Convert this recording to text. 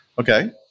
Okay